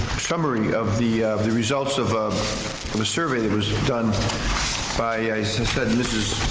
summary of the of the results of of the survey that was done by i said mrs.